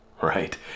right